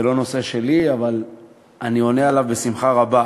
זה לא נושא שלי, אבל אני עונה עליו בשמחה רבה.